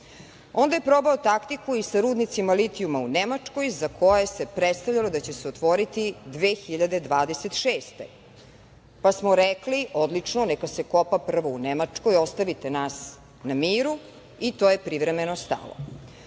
je probao taktiku i sa rudnicima litijuma u Nemačkoj, za koje se predstavljalo da će se otvoriti tek 2026. godine, pa smo rekli – odlično, neka se kopa prvo u Nemačkoj, ostavite nas na miru, i to je privremeno stalo. Onda